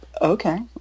Okay